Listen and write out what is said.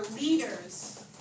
leaders